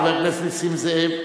חבר הכנסת נסים זאב,